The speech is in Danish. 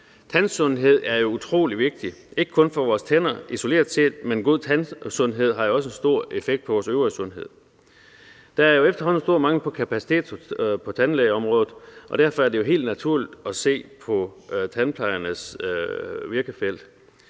Tandsundhed er jo utrolig vigtigt, ikke kun for vores tænder isoleret set, men en god tandsundhed har også en stor effekt på vores øvrige sundhed. Der er jo efterhånden en stor mangel på kapacitet på tandlægeområdet, og derfor er det helt naturligt at se på tandplejernes virkefelt.